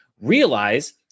realize